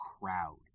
crowd